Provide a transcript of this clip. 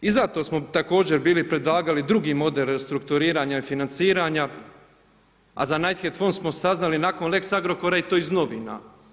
I zato smo također bili predlagali drugi model restrukturiranja i financiranja, a za Knighthead fond smo saznali nakon lex Agrokora i to iz novina.